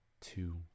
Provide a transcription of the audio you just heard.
two